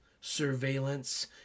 surveillance